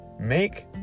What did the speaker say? make